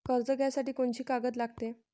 कर्ज घ्यासाठी कोनची कागद लागते?